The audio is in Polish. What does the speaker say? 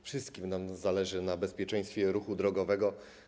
Wszystkim nam zależy na bezpieczeństwie ruchu drogowego.